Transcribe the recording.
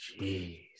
Jeez